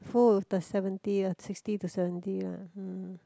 full with the seventy uh sixty to seventy lah hmm